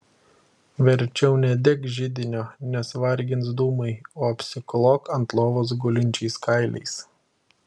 verčiau nedek židinio nes vargins dūmai o apsiklok ant lovos gulinčiais kailiais